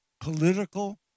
political